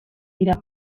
dira